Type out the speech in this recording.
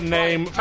name